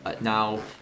Now